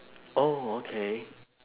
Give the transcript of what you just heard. oh okay